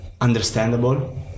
understandable